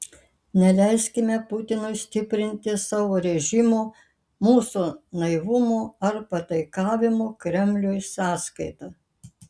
neleiskime putinui stiprinti savo režimo mūsų naivumo ar pataikavimo kremliui sąskaita